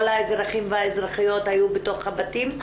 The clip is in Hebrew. כל האזרחים והאזרחיות ה יו בתוך הבתים,